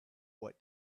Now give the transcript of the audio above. what